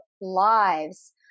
lives